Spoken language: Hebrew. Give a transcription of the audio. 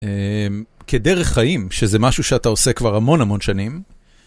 כדרך חיים, שזה משהו שאתה עושה כבר המון המון שנים.